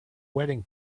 wedding